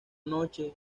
noche